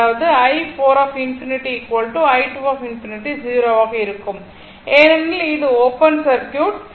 அதாவது i4∞ i2∞ 0 ஆக இருக்கும் ஏனெனில் இது ஓப்பன் சர்க்யூட்